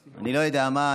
אני לא יודע מה,